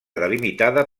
delimitada